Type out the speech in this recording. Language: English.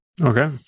Okay